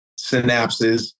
synapses